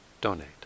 donate